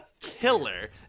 killer